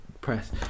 press